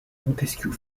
montesquiou